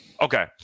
Okay